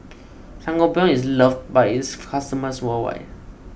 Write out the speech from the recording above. Sangobion is loved by its customers worldwide